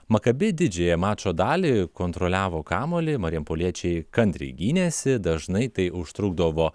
maccabi didžiąją mačo dalį kontroliavo kamuolį marijampoliečiai kantriai gynėsi dažnai tai užtrukdavo